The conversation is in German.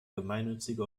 gemeinnützige